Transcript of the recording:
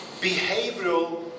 behavioral